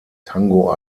tango